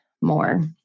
more